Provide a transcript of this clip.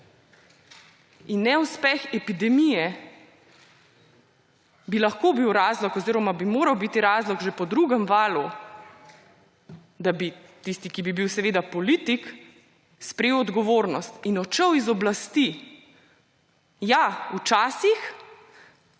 In neuspeh epidemije bi lahko bil razlog oziroma bi moral biti razlog že po drugem valu, da bi tisti, ki bi bil seveda politik, sprejel odgovornost in odšel z oblasti. Ja, včasih